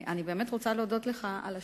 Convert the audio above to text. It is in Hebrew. אני באמת רוצה להודות לך על השאלות,